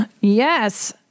Yes